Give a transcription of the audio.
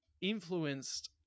influenced